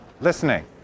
listening